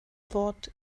wort